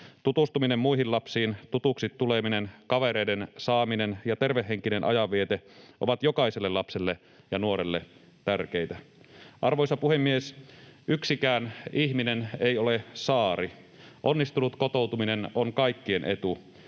Tutustuminen muihin lapsiin, tutuksi tuleminen, kavereiden saaminen ja tervehenkinen ajanviete ovat jokaiselle lapselle ja nuorelle tärkeitä. Arvoisa puhemies! Yksikään ihminen ei ole saari. Onnistunut kotoutuminen on kaikkien etu.